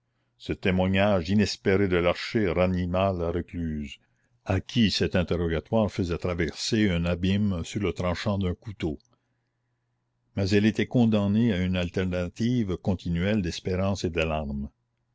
ce témoignage inespéré de l'archer ranima la recluse à qui cet interrogatoire faisait traverser un abîme sur le tranchant d'un couteau mais elle était condamnée à une alternative continuelle d'espérance et d'alarme